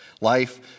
Life